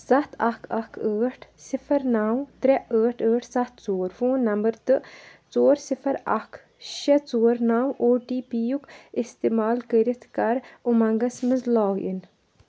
سَتھ اَکھ اَکھ ٲٹھ صِفَر نَو ترٛےٚ ٲٹھ ٲٹھ سَتھ ژور فون نَمبَر تہٕ ژور صِفَر اَکھ شےٚ ژور نَو او ٹی پی یُک اِستعمال کٔرِتھ کَر اُمنٛگس منٛز لاگ اِن